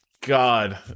God